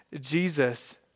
Jesus